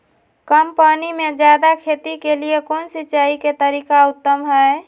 कम पानी में जयादे खेती के लिए कौन सिंचाई के तरीका उत्तम है?